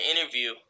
interview